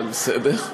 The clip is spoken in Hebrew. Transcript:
אבל בסדר.